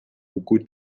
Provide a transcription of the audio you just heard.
үгүй